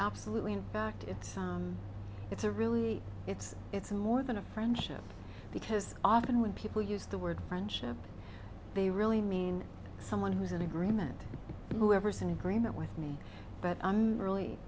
absolutely in fact it's it's a really it's it's more than a friendship because often when people use the word friendship they really mean someone who's in agreement whoever's in agreement with me but i'm really